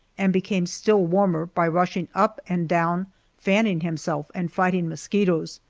and became still warmer by rushing up and down fanning himself and fighting mosquitoes.